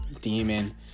demon